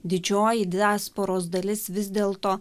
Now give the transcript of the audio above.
didžioji diasporos dalis vis dėl to